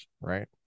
right